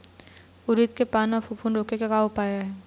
उरीद के पान म फफूंद रोके के का उपाय आहे?